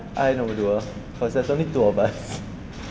I nombor dua because I don't need two old bus